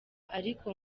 ariko